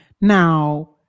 Now